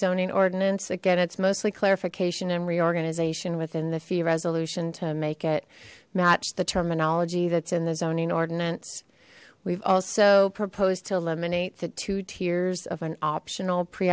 zoning ordinance again mostly clarification and reorganization within the fee resolution to make it match the terminology that's in the zoning ordinance we've also proposed to eliminate the two tiers of an optional pre